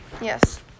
Yes